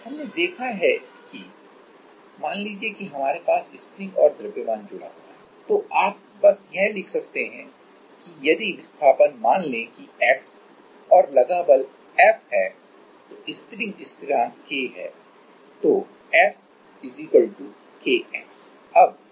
हमने देखा है कि मान लीजिए कि हमारे पास स्प्रिंग और द्रव्यमान जुड़ा हुआ है तो आप बस यह लिख सकते हैं कि यदि विस्थापन मान लें कि x और लगा बल F है तो स्प्रिंग स्थिरांक K है तो f K x